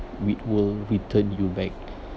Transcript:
w~ will return you back